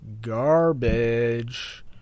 Garbage